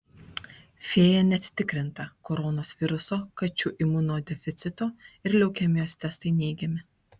fėja net tikrinta koronos viruso kačių imunodeficito ir leukemijos testai neigiami